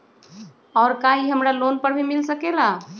और का इ हमरा लोन पर भी मिल सकेला?